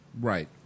Right